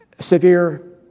severe